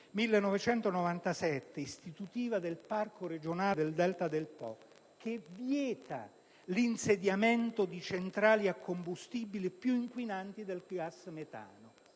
1997, istitutiva del Parco regionale del Delta del Po, che vieta l'insediamento di centrali a combustibili più inquinanti del gas metano.